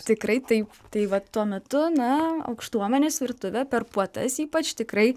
tikrai taip tai vat tuo metu na aukštuomenės virtuvė per puotas ypač tikrai